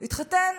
התחתן.